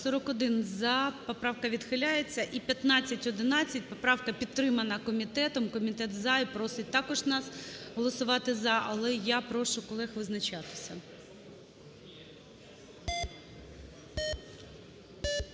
За-41 Поправка відхиляється. І 1511, поправка підтримана комітетом. Комітет – за і просить також нас голосувати "за". Але я прошу колег визначатися.